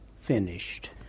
finished